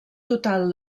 total